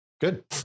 Good